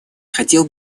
хотел